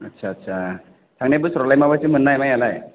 आछा आछा थांनाय बोसोरावलाय माबायदि मोननाय माइयालाय